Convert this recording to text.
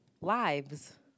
Lives